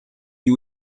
you